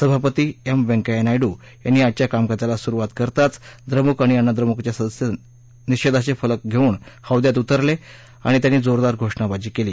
सभापती एम वैंकय्या नायड्र यांनी आजच्या कामकाजाला सुरुवात करताच द्रमुक आणि अण्णा द्रमुक सदस्य निषेधाचे फलक घेऊन हौद्यात उतरले आणि त्यांनी जोरदार घोषणाबाजी केली